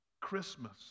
Christmas